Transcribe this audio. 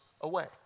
away